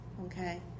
Okay